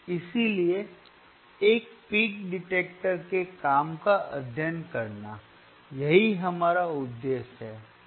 इसलिए एक peak detector के काम का अध्ययन करना यही हमारा उद्देश्य है सही